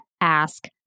ask